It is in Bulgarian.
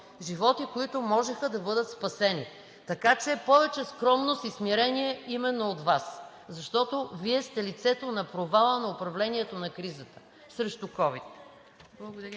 Животи, които можеха да бъдат спасени! Така че повече скромност и смирение именно от Вас, защото Вие сте лицето на провала на управлението на кризата срещу ковид.